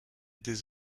des